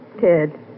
Ted